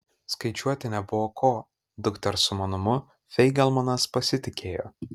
skaičiuoti nebuvo ko dukters sumanumu feigelmanas pasitikėjo